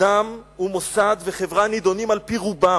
אדם ומוסד וחברה נידונים על-פי רובם,